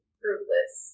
fruitless